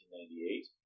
1998